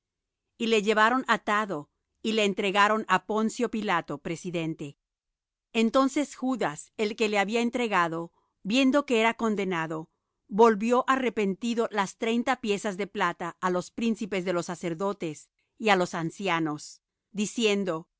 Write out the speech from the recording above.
y le llevaron atado y le entregaron á poncio pilato presidente entonces judas el que le había entregado viendo que era condenado volvió arrepentido las treinta piezas de plata á los príncipes de los sacerdotes y á los ancianos diciendo